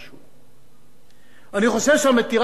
אני חושב שהמטרה שלנו לחזק את העם,